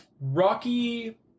rocky